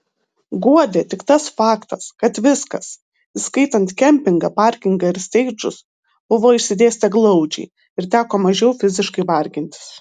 guodė tik tas faktas kad viskas įskaitant kempingą parkingą ir steidžus buvo išsidėstę glaudžiai ir teko mažiau fiziškai vargintis